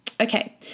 Okay